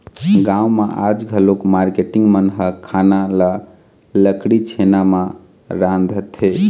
गाँव म आज घलोक मारकेटिंग मन ह खाना ल लकड़ी, छेना म रांधथे